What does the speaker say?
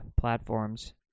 platforms